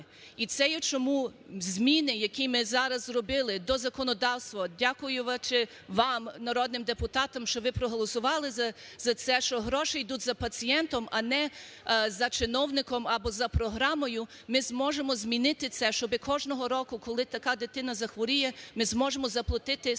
І це є – чому зміни, які ми зараз зробили до законодавства, дякуючи вам, народним депутатам, що ви проголосували за це, що гроші йдуть за пацієнтом, а не за чиновником або за програмою, ми зможемо змінити це, щоби кожного року, коли така дитина захворіє, ми зможемо заплатити саме